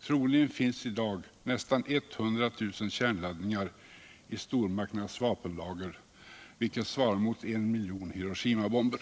Troligen finns i dag nästan 100 000 kärnladadningar i stormakternas vapentager, vilket svarar mot en miljon Hiroshimabomber.